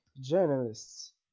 journalists